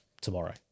tomorrow